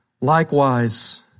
likewise